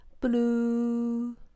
Blue